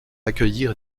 accueillir